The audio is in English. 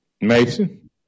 Mason